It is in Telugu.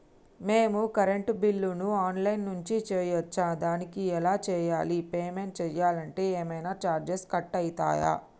మేము కరెంటు బిల్లును ఆన్ లైన్ నుంచి చేయచ్చా? దానికి ఎలా చేయాలి? పేమెంట్ చేయాలంటే ఏమైనా చార్జెస్ కట్ అయితయా?